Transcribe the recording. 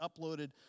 uploaded